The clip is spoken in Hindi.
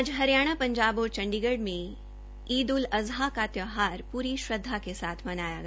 आज हरियाणा पंजाब और चण्डीगढ में ईद उल अजहा का त्यौहार पूरी श्रद्धा के साथ मनाया गया